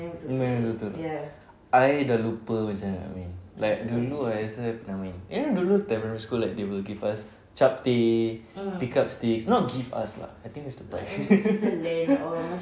main betul-betul I dah lupa macam mana nak main like dulu I rasa I pernah main you know dulu time primary school like they will give us chapteh pick up sticks not give us lah I think we have to buy